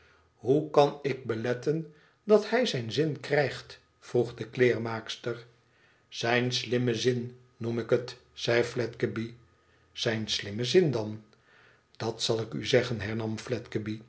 hoe kan ik beletten dat hij zijn zm krijgt vroeg de kleermaakster zijn slimmen zin noem ik het zei fledgeby izijnslimmen zin dan dat zal ik u zeggen